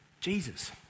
Jesus